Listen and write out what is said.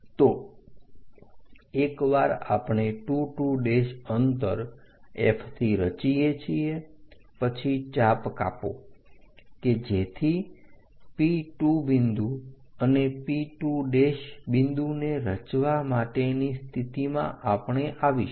તો એકવાર આપણે 2 2 અંતર F થી રચીએ છીએ પછી ચાપ કાપો કે જેથી P 2 બિંદુ અને P 2 બિંદુ ને રચવા માટેની સ્થિતિમાં આપણે આવીશું